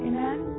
Amen